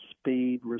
speed